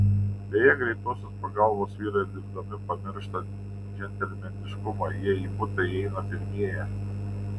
beje greitosios pagalbos vyrai dirbdami pamiršta džentelmeniškumą jie į butą įeina pirmieji